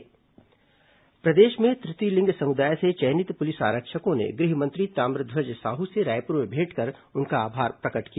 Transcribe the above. तृतीय लिंग पुलिस आरक्षक प्रदेश में तृतीय लिंग समुदाय से चयनित पुलिस आरक्षकों ने गृह मंत्री ताम्रध्वज साहू से रायपुर में भेंटकर उनका आभार प्रकट किया